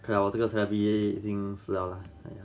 看了这个 therapy a 已经死了 lah